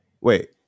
Wait